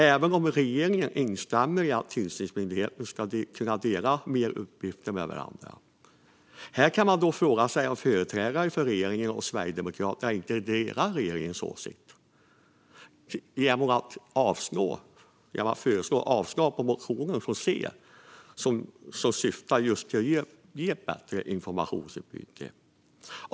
Även regeringen instämmer i att tillsynsmyndigheterna ska kunna dela fler uppgifter med varandra. Här kan man fråga sig om företrädarna för regeringspartierna och Sverigedemokraterna inte delar regeringens åsikt eftersom man föreslår avslag på motionen från C som just syftar till att ge bättre informationsutbyte.